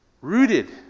rooted